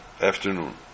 afternoon